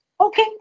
okay